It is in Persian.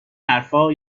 حرفا